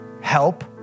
help